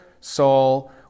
Saul